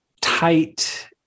tight